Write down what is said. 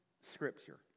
scripture